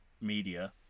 media